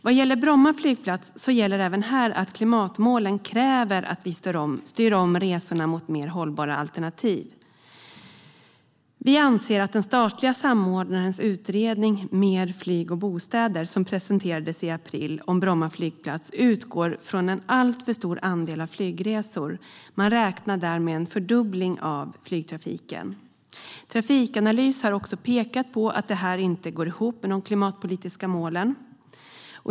Vad gäller Bromma flygplats kräver klimatmålen även här att vi styr om resorna mot mer hållbara alternativ. Vi anser att den statliga samordnarens utredning om Bromma flygplats, Mer flyg och bostäder , som presenterades i april utgår från en alltför stor andel flygresor. Man räknar där med en fördubbling av flygtrafiken. Trafikanalys har också pekat på att detta inte går ihop med de klimatpolitiska målen.